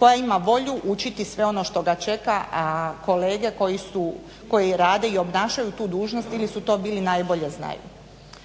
koja ima volju učiti sve ono što ga čeka, a kolege koji su, koji rade i obnašaju tu dužnost ili su to bili najbolje znaju.